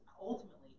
Ultimately